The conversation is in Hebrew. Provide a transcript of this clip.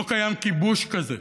לא קיים כיבוש כזה.